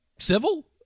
civil